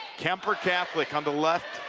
kuemper catholic on the left